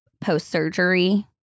post-surgery